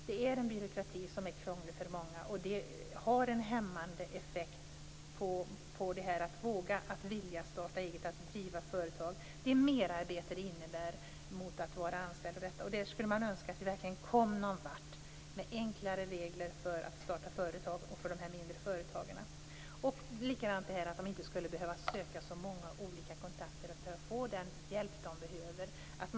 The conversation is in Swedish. Det är en byråkrati som är krånglig för många, och det har en hämmande effekt när det gäller att våga och vilja starta och driva eget företag, som innebär ett medarbete i förhållande till att vara anställd. Jag skulle önska att vi verkligen kom någon vart med enklare regler för dem som vill starta företag och för de mindre företagarna. De borde inte behöva söka så många olika kontakter för att få den hjälp de behöver.